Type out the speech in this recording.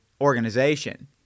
organization